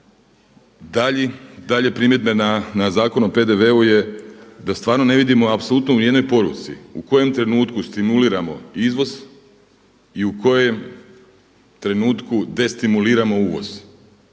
Dalje primjedbe na Zakon o PDV-u je da stvarno ne vidimo apsolutno ni u jednoj poruci u kojem trenutku stimuliramo izvoz i u kojem trenutku destimuliramo uvoz.